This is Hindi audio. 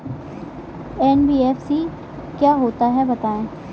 एन.बी.एफ.सी क्या होता है बताएँ?